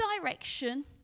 direction